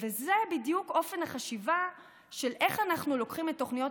וזה בדיוק אופן החשיבה של איך אנחנו לוקחים את תוכניות